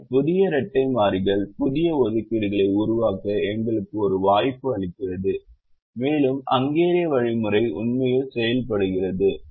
ஆனால் புதிய இரட்டை மாறிகள் புதிய ஒதுக்கீடுகளை உருவாக்க எங்களுக்கு ஒரு வாய்ப்பை அளிக்கிறது மேலும் ஹங்கேரிய வழிமுறை உண்மையில் செயல்படுகிறது